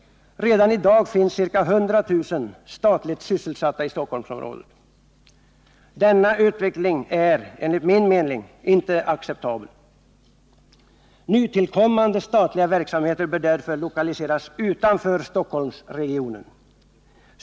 Redan i dag finns ca 100 000 statligt sysselsatta i Stockholmsområdet. Denna utveckling är enligt min mening inte acceptabel. Nytillkommande statliga verksamheter bör därför lokaliseras utanför Stockholmsregionen.